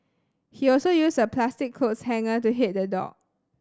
he also used a plastic clothes hanger to hit the dog